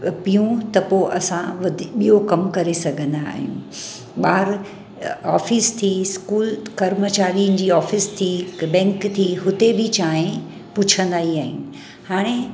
पियूं त पोइ असां वधी ॿियो कमु करे सघंदा आहियूं ॿार ऑफिस थी इस्कूल करमचारीअनि जी ऑफिस थी हिकु बैंक थी हुते बि चांहि पुछंदा ई आहिनि हाणे